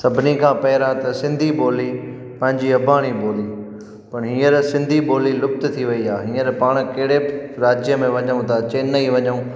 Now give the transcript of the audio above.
सभिनि खां पहिरियों त सिंधी ॿोली पंहिंजी अबाणी ॿोली पर हींअर सिंधी ॿोली लुप्त थी वई आहे हींअर पाण कहिड़े राज्य में वञूं था चेन्नई वञूं